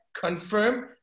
Confirm